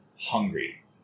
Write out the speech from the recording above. hungry